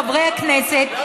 חברי הכנסת,